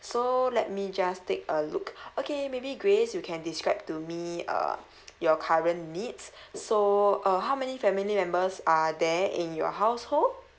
so let me just take a look okay maybe grace you can describe to me uh your current needs so uh how many family members are there in your household